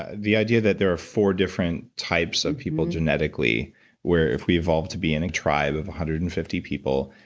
ah the idea that there are four different types of people genetically where if we evolved to be in a tribe of one hundred and fifty people,